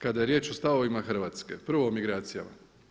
Kada je riječ o stavovima Hrvatske, prvo o migracijama.